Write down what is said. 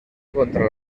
contra